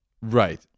Right